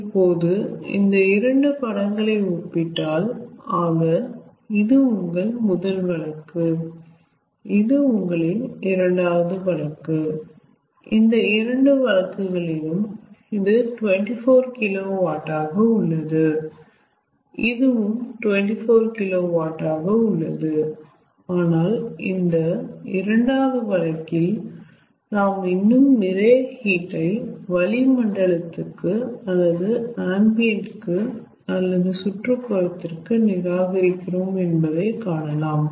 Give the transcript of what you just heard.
இப்போது இந்த இரண்டு படங்களை ஒப்பிட்டால் ஆக இது உங்கள் முதல் வழக்கு இது உங்களின் இரண்டாவது வழக்கு இந்த இரண்டு வழக்குகளிலும் இது 24KW ஆக உள்ளது இதுவும் 24KW ஆக உள்ளது ஆனால் இந்த இரண்டாவது வழக்கில் நாம் இன்னும் நிறைய ஹீட் ஐ வளிமண்டலத்திற்கு அல்லது அம்பிஎண்ட் கு அல்லது சுற்றுப்புறத்திக்கு நிராகரிக்கிறோம் என்பதை காணலாம்